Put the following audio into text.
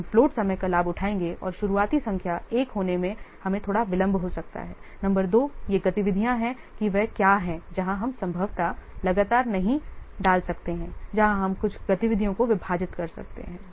हम फ़्लोट समय का लाभ उठाएंगे और शुरुआती संख्या 1 होने में हमें थोड़ा विलंब हो सकता है नंबर 2 ये गतिविधियाँ हैं कि वे क्या हैं जहाँ हम संभवत लगातार नहीं डाल सकते हैं जहाँ हम कुछ गतिविधियों को विभाजित कर सकते हैं